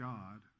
God